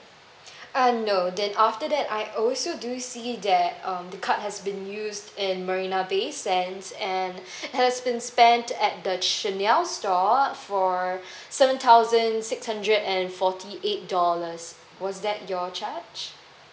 uh no then after that I also do see that um the card has been used in marina bay sands and has been spent at the chanel store for seven thousand six hundred and forty eight dollars was that your charge